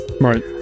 Right